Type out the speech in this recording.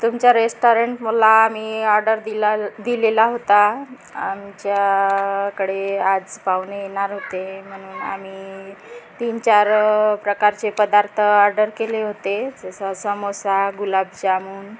तुमच्या रेस्टॉरंट मला मी ऑर्डर दिला दिलेला होता आमच्याकडे आज पाहुणे येणार होते म्हणून आम्ही तीन चार प्रकारचे पदार्थ ऑर्डर केले होते जसं समोसा गुलाबजामुन